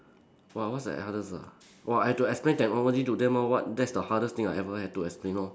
!wah! what's the hardest ah !wah! I have to explain technology to them lor what that's the hardest thing I ever had to explain lor